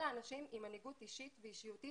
אלה אנשים עם מנהיגות אישית ואישיותית